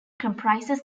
comprises